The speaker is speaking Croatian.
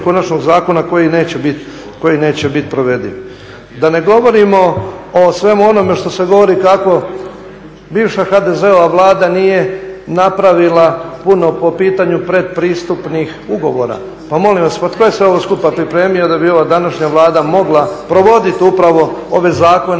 konačnog zakona koji neće biti provediv. Da ne govorimo o svemu onome što se govori kako bivša HDZ-ova Vlada nije napravila puno po pitanju predpristupnih ugovora, pa molim vas pa tko je sve ovo skupa pripremio da bi ova današnja Vlada mogla provoditi upravo ove zakone